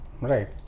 Right